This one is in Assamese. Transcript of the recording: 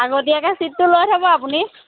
আগতীয়াকৈ ছিটটো লৈ থ'ব আপুনি